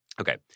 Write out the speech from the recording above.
Okay